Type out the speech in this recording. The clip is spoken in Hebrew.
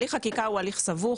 הליך חקיקה הוא הליך סבוך,